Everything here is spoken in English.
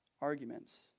arguments